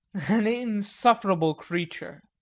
an insufferable creature.